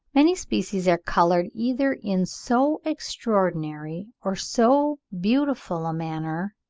many species are coloured either in so extraordinary or so beautiful a manner,